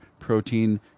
Protein